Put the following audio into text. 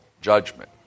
judgment